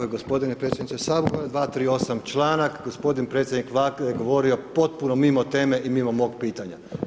Pa gospodine predsjedniče Sabora 238. članak gospodin predsjednik Vlade je govorio potpuno mimo teme i mimo mog pitanja.